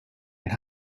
and